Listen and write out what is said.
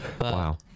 wow